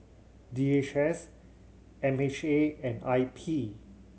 D H S M H A and I P